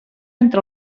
entre